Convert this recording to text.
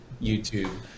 YouTube